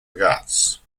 ghats